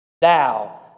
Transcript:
thou